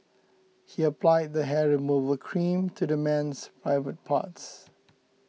he applied the hair removal cream to the man's private parts